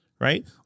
right